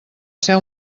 ser